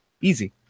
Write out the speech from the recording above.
Easy